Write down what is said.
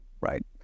right